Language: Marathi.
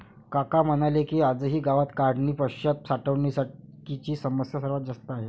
काका म्हणाले की, आजही गावात काढणीपश्चात साठवणुकीची समस्या सर्वात जास्त आहे